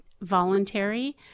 voluntary